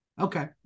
okay